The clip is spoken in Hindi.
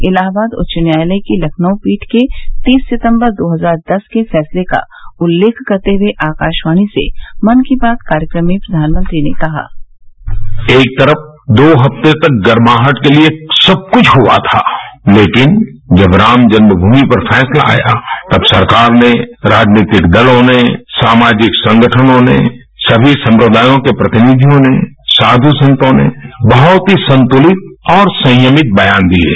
इलाहाबाद उच्च न्यायालय की लखनऊ पीठ के तीस सितम्बर दो हजार दस के फैसले का उल्लेख करते हुए आकाशवाणी से मन की बात कार्यक्रम में प्रधानमंत्री ने कहा एक तरफ दो हफ्ते तक गरमाहट के लिए सब कुछ हुआ था लेकिन जब राम जन्म भूमि पर फैसला आया तब सरकार ने राजनीतिक दलों ने सामाजिक संगठनों ने सभी संप्रदायों के प्रतिनिधियों ने साध् संतों ने बहुत ही संतुलित और संयमित बयान दिये